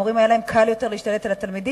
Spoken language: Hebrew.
למורים היה קל יותר להשתלט על התלמידים.